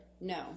no